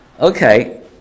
Okay